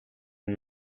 and